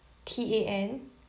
T A N